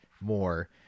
more